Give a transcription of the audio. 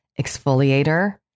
exfoliator